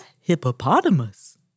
Hippopotamus